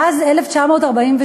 מאז 1948,